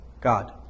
God